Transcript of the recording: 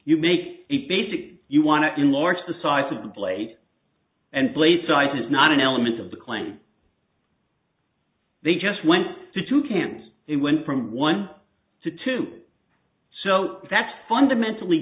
you make it basically you want to enlarge the size of the plate and plate size is not an element of the claim they just went to two cans it went from one to two so that's fundamentally